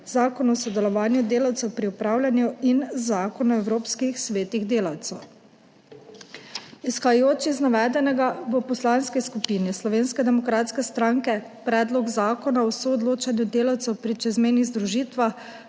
Zakon o sodelovanju delavcev pri upravljanju in Zakon o evropskih svetih delavcev. Izhajajoč iz navedenega v Poslanski skupini Slovenske demokratske stranke Predloga zakona o soodločanju delavcev pri čezmejnih združitvah,